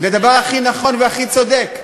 לדבר הכי נכון והכי צודק.